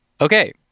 Okay